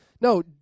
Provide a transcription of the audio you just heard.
No